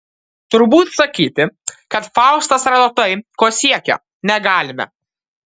turbūt sakyti kad faustas rado tai ko siekė negalime